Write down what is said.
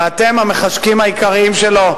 ואתם המחשקים העיקריים שלו.